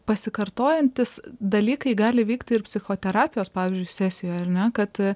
pasikartojantys dalykai gali įvykt ir psichoterapijos pavyzdžiui sesijoj ar ne kad